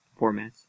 formats